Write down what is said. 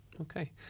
okay